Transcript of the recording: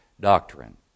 doctrine